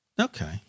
Okay